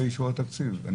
אישור התקציב.